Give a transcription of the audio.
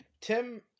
Tim